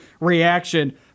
reaction